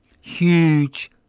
huge